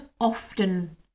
often